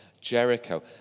Jericho